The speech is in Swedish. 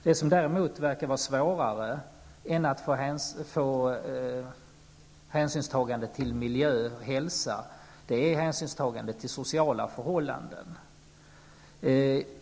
Det verkar dock vara svårare att få ett hänsynstagande till sociala förhållanden än till miljö och hälsa.